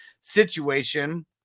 situation